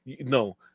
no